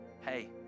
hey